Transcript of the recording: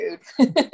food